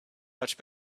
much